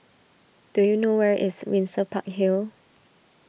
do you know where is Windsor Park Hill